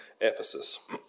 Ephesus